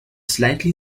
slightly